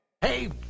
Hey